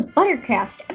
Buttercast